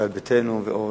ישראל ביתנו ועוד,